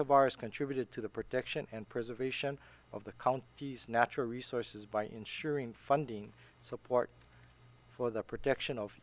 ours contributed to the protection and preservation of the county's natural resources by ensuring funding support for the protection of